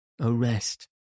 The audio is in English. arrest